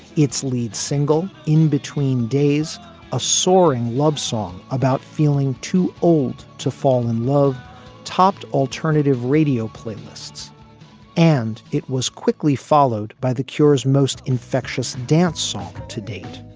its lead single in between days a soaring love song about feeling too old to fall in love topped alternative radio playlists and it was quickly followed by the cure's most infectious dance song to date.